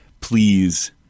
please